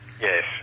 Yes